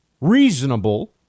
reasonable